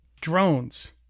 Drones